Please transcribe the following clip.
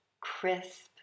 crisp